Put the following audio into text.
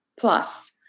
plus